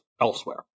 elsewhere